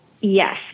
Yes